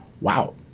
Wow